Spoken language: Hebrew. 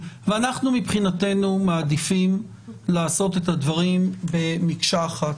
מבחינתנו אנחנו מעדיפים לעשות את הדברים במקשה אחת.